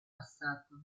passato